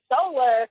solar